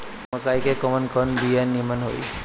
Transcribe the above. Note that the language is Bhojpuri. मकई के कवन कवन बिया नीमन होई?